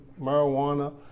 marijuana